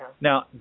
Now